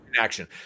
action